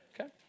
okay